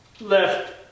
left